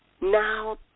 Now